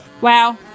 Wow